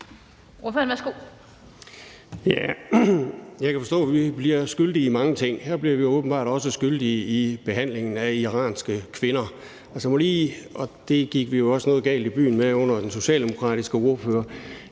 Jeg kan forstå, at vi bliver skyldige i mange ting. Her bliver vi åbenbart også skyldige i behandlingen af iranske kvinder, og det gik man jo også noget galt i byen med under den socialdemokratiske ordførers